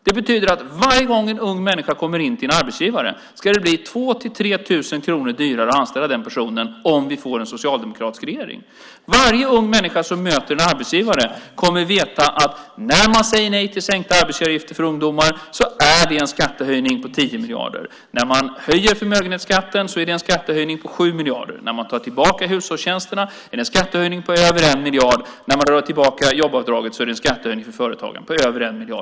Det betyder att varje gång en ung människa kommer in till en arbetsgivare ska det bli 2 000-3 000 kronor dyrare att anställa den personen om vi får en socialdemokratisk regering. Varje ung människa som möter en arbetsgivare kommer att veta att när man säger nej till sänkta arbetsgivaravgifter för ungdomar är det en skattehöjning med 10 miljarder. När man höjer förmögenhetsskatten är det en skattehöjning med 7 miljarder. När man tar tillbaka avdraget för hushållstjänsterna är det en skattehöjning med över 1 miljard. När man drar tillbaka jobbavdraget är det en skattehöjning för företagen med över 1 miljard.